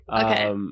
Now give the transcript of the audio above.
Okay